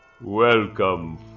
Welcome